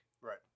Right